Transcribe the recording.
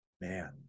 man